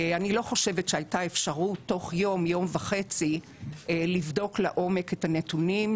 אני לא חושבת שהייתה אפשרות תוך יום-יום וחצי לבדוק לעומק את הנתונים.